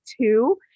two